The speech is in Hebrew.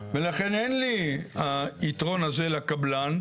ולכן אין לי היתרון הזה לקבלן,